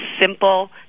simple